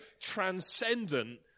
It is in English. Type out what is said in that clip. transcendent